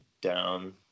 down